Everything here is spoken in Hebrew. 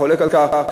חולק על כך.